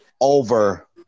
over